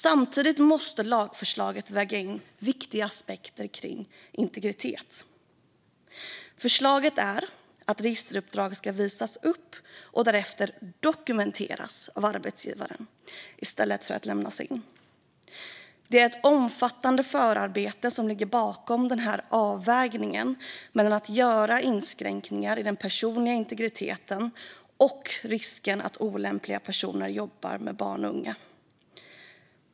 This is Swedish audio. Samtidigt måste lagförslaget väga in viktiga aspekter på integritet. Förslaget är att registerutdrag ska visas upp och därefter dokumenteras av arbetsgivaren i stället för att lämnas in. Det är ett omfattande förarbete som ligger bakom den här avvägningen mellan att göra inskränkningar i den personliga integriteten och risken att olämpliga personer jobbar med barn och unga.